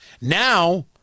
Now